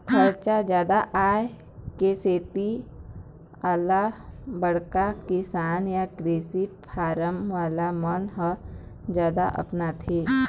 खरचा जादा आए के सेती एला बड़का किसान य कृषि फारम वाला मन ह जादा अपनाथे